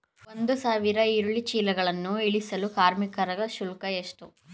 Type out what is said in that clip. ಒಂದು ಸಾವಿರ ಈರುಳ್ಳಿ ಚೀಲಗಳನ್ನು ಇಳಿಸಲು ಕಾರ್ಮಿಕರ ಶುಲ್ಕ ಎಷ್ಟು?